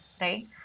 right